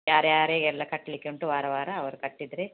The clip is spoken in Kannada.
ಯಾರು ಯಾರಿಗೆಲ್ಲ ಕಟ್ಟಲಿಕ್ಕೆ ಉಂಟು ವಾರ ವಾರ ಅವ್ರು ಕಟ್ಟಿದರೆ